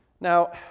Now